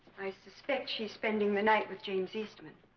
i suspect she's spending the night with james eastman